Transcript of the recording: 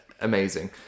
amazing